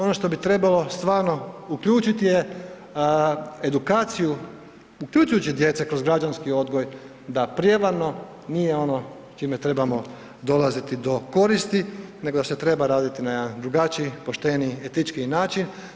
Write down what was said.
Ono što bi trebalo stvarno uključiti je edukaciju, uključujući djecu kroz građanski odgoj da prijevarno nije ono čime trebamo dolaziti do koristi nego da se treba raditi na jedan drugačiji, pošteniji, etičkiji način.